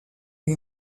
lui